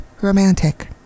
romantic